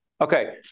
Okay